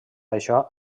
això